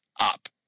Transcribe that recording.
up